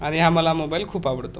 आणि हा मला मोबाईल खूप आवडतो